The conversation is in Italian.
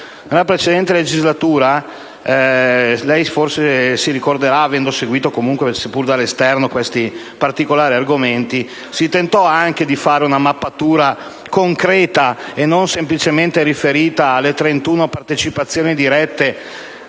Nella precedente legislatura - lei forse si ricorderà, avendo seguito, seppure dall'esterno, questi particolari argomenti - si tentò anche di fare una mappatura concreta, e non semplicemente riferita alle 31 partecipazioni dirette